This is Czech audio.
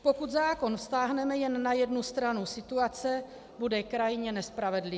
Pokud zákon vztáhneme jen na jednu stranu situace, bude krajně nespravedlivý.